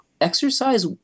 exercise